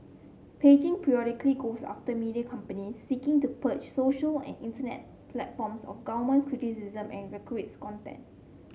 Beijing periodically goes after media companies seeking to purge social and internet platforms of government criticism and risque content